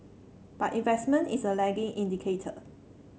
but investment is a lagging indicator